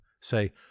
say